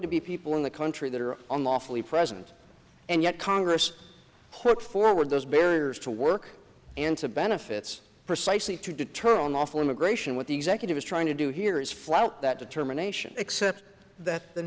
to be people in the country that are on lawfully present and yet congress hope forward those barriers to work and to benefits precisely to determine lawful immigration what the executive is trying to do here is flout that determination except that the